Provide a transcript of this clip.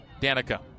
Danica